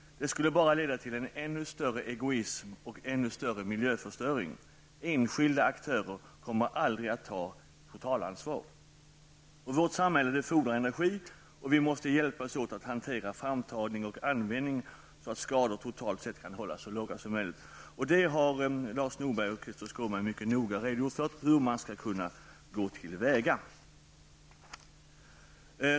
Det skulle bara leda till en ännu större egoism och en ännu större miljöförstöring. Enskilda aktörer kommer aldrig att ta totalansvar. Vårt samhälle fordrar energi. Vi måste hjälpas åt att hantera framtagning och användning så att skador totalt sett kan hållas så låga som möjligt. Lars Norberg och Krister Skånberg har mycket noga redgjort för hur man skall kunna gå till väga med detta.